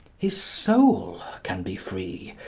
his soul can be free.